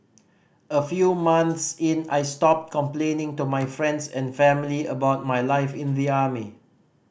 a few months in I stopped complaining to my friends and family about my life in the army